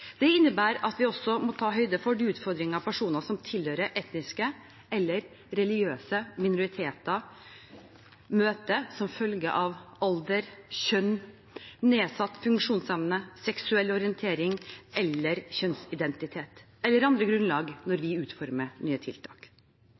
Det innebærer at vi også må ta høyde for de utfordringene personer som tilhører etniske eller religiøse minoriteter, møter som følge av alder, kjønn, nedsatt funksjonsevne, seksuell orientering eller kjønnsidentitet eller andre grunnlag når